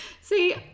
see